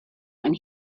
when